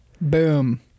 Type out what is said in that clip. Boom